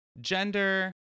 gender